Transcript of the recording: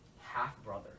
half-brother